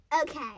Okay